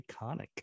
iconic